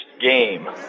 game